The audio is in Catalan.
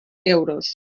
euros